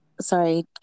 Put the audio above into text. Sorry